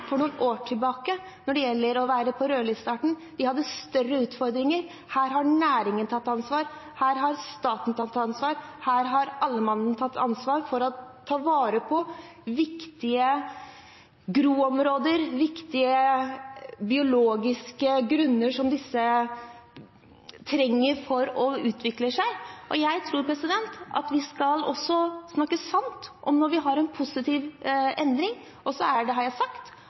for noen år siden når det gjelder rødlisteartene. Vi hadde større utfordringer. Her har næringen tatt ansvar, her har staten tatt ansvar, her har alle mann tatt ansvar for å ta vare på viktige groområder, viktige biologiske grunner som disse artene trenger for å utvikle seg. Jeg tror at vi også skal snakke sant om når vi har en positiv endring, og så har jeg sagt